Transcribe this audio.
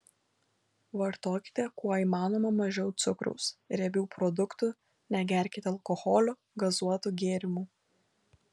vartokite kuo įmanoma mažiau cukraus riebių produktų negerkite alkoholio gazuotų gėrimų